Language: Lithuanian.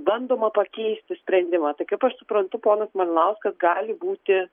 bandoma pakeisti sprendimą tai kaip aš suprantu ponas matlauskas gali būti